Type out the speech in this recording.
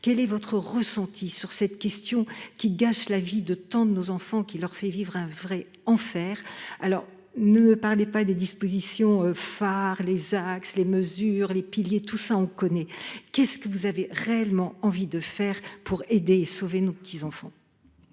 quel est votre ressenti sur cette question qui gâche la vie de tant de nos enfants qui leur fait vivre un vrai enfer, alors ne me parlez pas des dispositions phares les axes, les mesures, les piliers, tout ça on connaît, qu'est-ce que vous avez réellement envie de faire pour aider et sauver nos petits-enfants.